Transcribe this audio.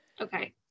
okay